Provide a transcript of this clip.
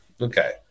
Okay